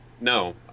No